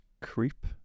Creep